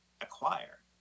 Acquire